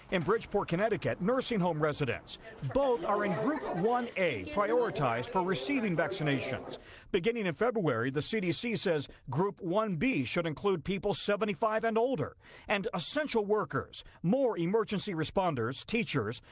in bridgeport, connecticut, nursing home residents both are in group one a prioritized for receiving vaccinations beginning in february the cdc says group one b should include people seventy five and older and essential workers, more emergency responders, teachers,